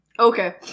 Okay